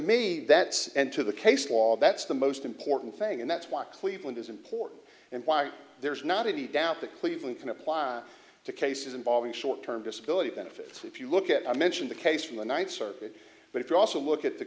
me that and to the case law that's the most important thing and that's what cleveland is important and why there is not a doubt the cleveland can apply to cases involving short term disability benefit if you look at i mention the case from the ninth circuit but if you also look at the